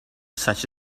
such